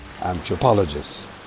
anthropologists